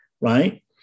right